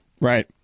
Right